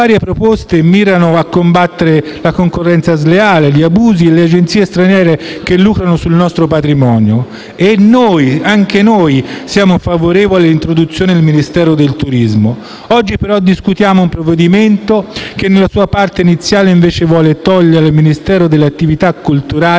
le varie proposte mirano a combattere la concorrenza sleale, gli abusi e le agenzie straniere che lucrano sul nostro patrimonio. Anche noi siamo favorevoli all'introduzione del Ministero del turismo. Oggi, però, discutiamo un provvedimento che nella sua parte iniziale vuole togliere al Ministero per i beni e le attività culturali